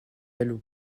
elle